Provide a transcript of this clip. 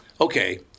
okay